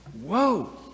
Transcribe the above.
Whoa